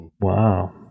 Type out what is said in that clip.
Wow